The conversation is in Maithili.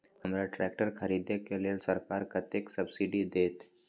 हमरा ट्रैक्टर खरदे के लेल सरकार कतेक सब्सीडी देते?